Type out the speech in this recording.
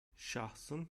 şahsın